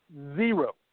Zero